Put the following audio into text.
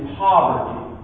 poverty